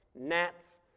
Gnats